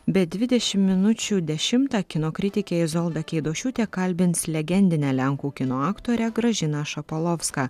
be dvidešimt minučių dešimtą kino kritike izolda keidošiūtė kalbins legendinę lenkų kino aktorę gražiną šapolovską